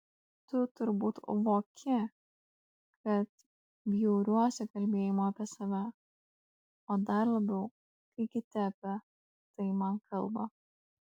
tu turbūt voki kad bjauriuosi kalbėjimu apie save o dar labiau kai kiti apie tai man kalba